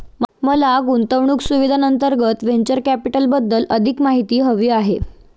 मला गुंतवणूक सुविधांअंतर्गत व्हेंचर कॅपिटलबद्दल अधिक माहिती हवी आहे